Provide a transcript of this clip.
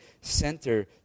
center